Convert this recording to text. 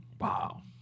Wow